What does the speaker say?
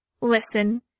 listen